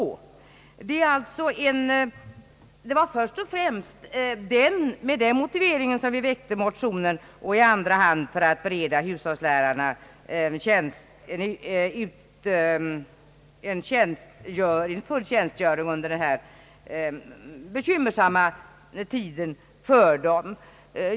Det var först och främst med den motiveringen som vi väckte motionen, i andra hand för att bereda hushållslärarna full tjänstgöring i sin bekymmersamma situation.